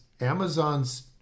Amazon's